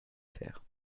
faire